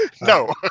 No